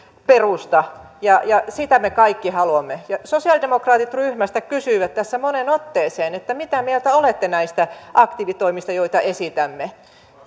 perusta ja ja sitä me kaikki haluamme sosialidemokraatit kysyivät tässä moneen otteeseen mitä mieltä olette näistä aktiivitoimista joita esitämme